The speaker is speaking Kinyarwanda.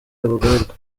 abagororwa